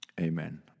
Amen